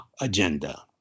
Agenda